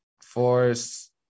Force